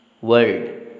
world